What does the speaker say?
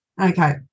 Okay